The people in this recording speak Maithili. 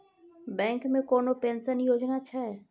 बैंक मे कोनो पेंशन योजना छै?